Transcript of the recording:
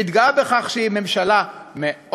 מתגאה בכך שהיא ממשלה מאוד